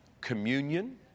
communion